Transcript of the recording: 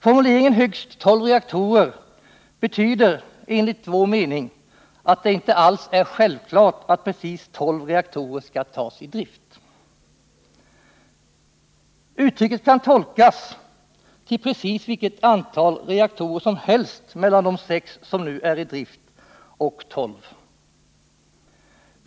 Formuleringen ”högst tolv reaktorer” betyder enligt vår mening att det inte alls är självklart att precis tolv reaktorer skall tas i drift. Uttrycket kan tolkas till precis vilket antal reaktorer som helst mellan de sex som nu är i drift och tolv.